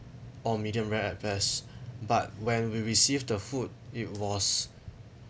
or medium rare at first but when we received the food it was